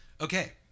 Okay